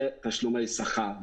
ותשלומי שכר.